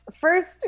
First